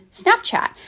Snapchat